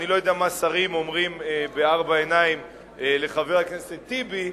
אני לא יודע מה שרים אומרים בארבע עיניים לחבר הכנסת טיבי,